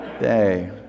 day